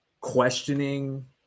questioning